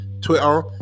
Twitter